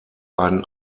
ein